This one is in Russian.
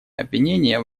обвинения